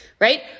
right